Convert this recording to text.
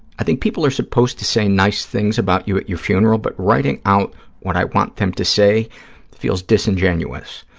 i think people are supposed to say nice things about you at your funeral, but writing out what i want them to say feels disingenuous.